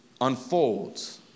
unfolds